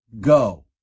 Go